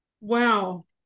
wow